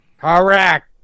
Correct